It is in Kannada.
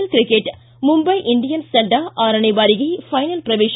ಎಲ್ ಕ್ರಿಕೆಟ್ ಮುಂಬೈ ಇಂಡಿಯನ್ಸ್ ತಂಡ ಆರನೇ ಬಾರಿಗೆ ಫೈನಲ್ ಪ್ರವೇಶ